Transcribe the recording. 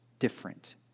Different